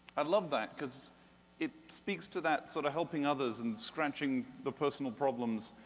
i love that, cause it speaks to that sort of helping others and scratching the personal problems,